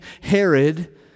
Herod